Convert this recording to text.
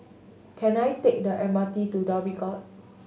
can I take the M R T to Dhoby Ghaut